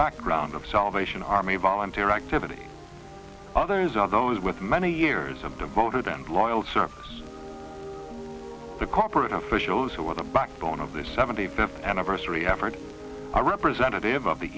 background of salvation army volunteer activity others are those with many years of devoted and loyal service the corporate officials who are the backbone of this seventy fifth anniversary effort a representative of the